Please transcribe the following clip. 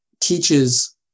teaches